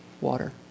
water